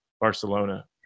Barcelona